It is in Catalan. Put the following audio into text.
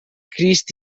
crist